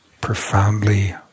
profoundly